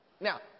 Now